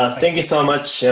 thank you so much.